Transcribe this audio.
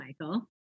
Michael